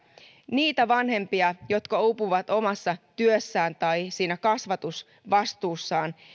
niitä vanhempia jotka uupuvat omassa työssään tai siinä kasvatusvastuussaan